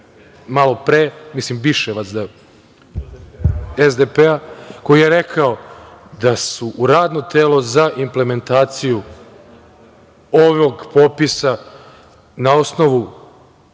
grupe, mislim Biševac, iz SDP, koji je rekao da su u radno telo za implementaciju ovog popisa na osnovu